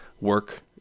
work